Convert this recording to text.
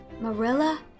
Marilla